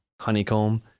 honeycomb